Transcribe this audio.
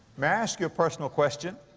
may i ask you a personal question?